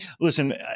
listen